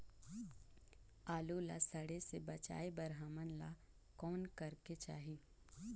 आलू ला सड़े से बचाये बर हमन ला कौन करेके चाही?